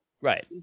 right